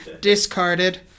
Discarded